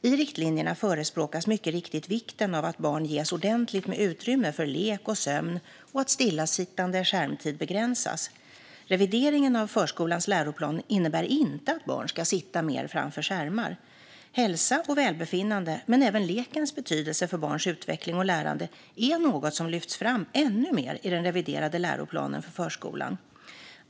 I riktlinjerna förespråkas mycket riktigt vikten av att barn ges ordentligt med utrymme för lek och sömn och att stillasittande skärmtid begränsas. Revideringen av förskolans läroplan innebär inte att barn ska sitta mer framför skärmar. Hälsa och välbefinnande men även lekens betydelse för barns utveckling och lärande är något som lyfts fram ännu mer i den reviderade läroplanen för förskolan.